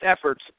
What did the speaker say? efforts